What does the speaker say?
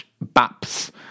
Baps